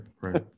Right